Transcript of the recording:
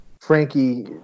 Frankie